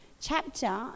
chapter